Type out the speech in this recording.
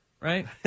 right